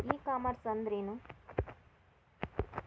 E commerce ಅಂದ್ರೇನು?